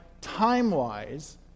time-wise